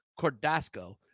Cordasco